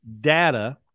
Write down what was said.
data